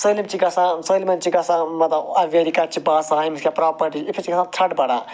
سٲلِم چھِ گَژھان سٲلِمَن چھِ گَژھان مَطلَب اَویر کَتہِ چھَ باسان أمِس کیٛاہ پرٛاپرٹی چھِ یِتھٕ پٲٹھۍ چھِ اِنسانَس تھرٛٹ بَڈان